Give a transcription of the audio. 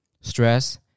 stress